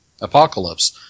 Apocalypse